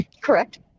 Correct